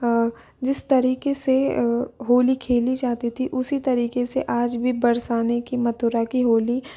जिस तरीके से होली खेली जाती थी उसी तरीके से आज भी बरसाने की मथुरा की होली